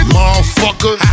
Motherfucker